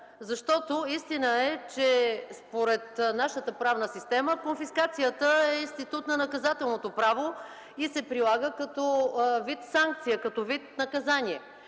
защото е истина, че според нашата правна система конфискацията е институт на Наказателното право и се прилага като вид санкция, като вид наказание.